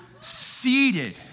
seated